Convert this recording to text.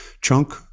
chunk